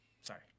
Sorry